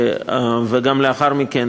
וגם לאחר מכן,